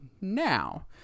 now